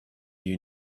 you